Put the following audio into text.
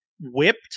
whipped